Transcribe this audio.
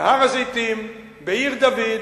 בהר-הזיתים, בעיר-דוד,